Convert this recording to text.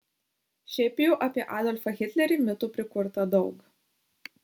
šiaip jau apie adolfą hitlerį mitų prikurta daug